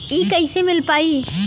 इ कईसे मिल पाई?